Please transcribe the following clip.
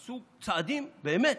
עשו צעדים באמת